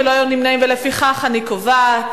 אני מצביע בעד.